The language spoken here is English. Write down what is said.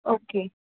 okay